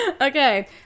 Okay